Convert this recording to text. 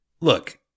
Look